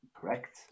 Correct